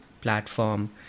platform